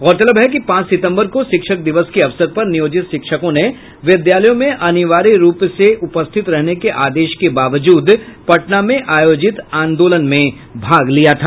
गौरतलब है कि पांच सितम्बर को शिक्षक दिवस के अवसर पर नियोजित शिक्षकों ने विद्यालयों में अनिवार्य रूप से उपस्थित रहने के आदेश के बावजूद पटना में आयोजित आंदोलन में भाग लिया था